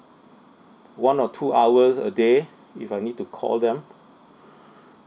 one or two hours a day if I need to call them